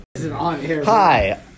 Hi